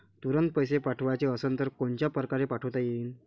तुरंत पैसे पाठवाचे असन तर कोनच्या परकारे पाठोता येईन?